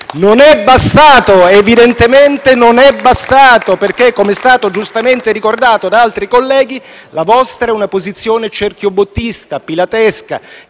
Gruppo FI-BP)*. Evidentemente non è bastato perché, come è stato giustamente ricordato da altri colleghi, la vostra è una posizione cerchiobottista e pilatesca,